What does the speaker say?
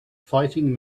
fighting